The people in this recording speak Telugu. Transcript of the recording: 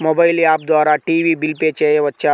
మొబైల్ యాప్ ద్వారా టీవీ బిల్ పే చేయవచ్చా?